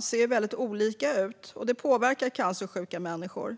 ser väldigt olika ut i de olika regionerna. Det påverkar cancersjuka människor.